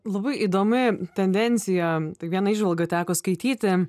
labai įdomi tendencija viena įžvalga teko skaityti